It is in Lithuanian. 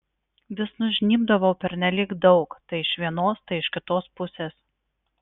vis nužnybdavau pernelyg daug tai iš vienos tai iš kitos pusės